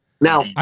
now